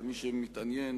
למי שמתעניין,